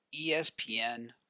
ESPN